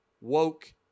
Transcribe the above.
woke